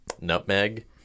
nutmeg